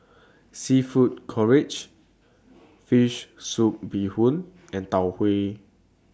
Seafood Fish Soup Bee Hoon and Tau Huay